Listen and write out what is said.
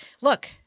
look